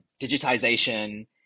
digitization